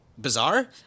bizarre